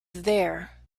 there